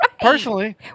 Personally